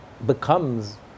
becomes